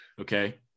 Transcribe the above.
okay